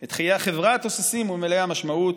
את חיי החברה התוססים ומלאי המשמעות,